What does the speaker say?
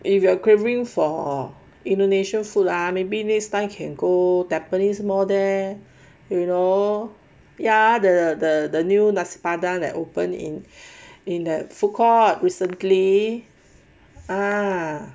if you are craving for indonesian food lah maybe next time can go tampines mall there you know ya the the new nasi padang that open in in the foodcourt recently ah